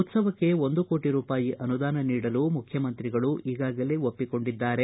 ಉತ್ತವಕ್ಕೆ ಒಂದು ಕೋಟಿ ರೂಪಾಯಿ ಅನುದಾನ ನೀಡಲು ಮುಖ್ಯಮಂತ್ರಿಗಳು ಈಗಾಗಲೇ ಒಪ್ಪಿಕೊಂಡಿದ್ದಾರೆ